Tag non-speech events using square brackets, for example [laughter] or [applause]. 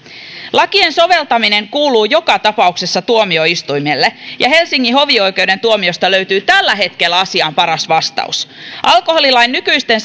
lakien soveltaminen kuuluu joka tapauksessa tuomioistuimelle ja helsingin hovioikeuden tuomiosta löytyy tällä hetkellä asiaan paras vastaus alkoholilain nykyisten [unintelligible]